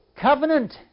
covenant